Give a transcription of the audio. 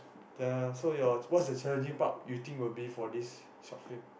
the so your what's the challenging part you think will be for this short film